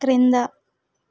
క్రింద